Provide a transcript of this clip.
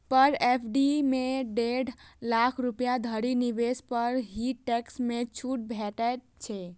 पर FD मे डेढ़ लाख रुपैया धरि निवेश पर ही टैक्स मे छूट भेटै छै